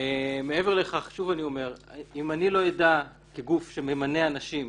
מעבר לכך אם אני לא אדע כגוף שממנה אנשים